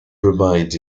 remained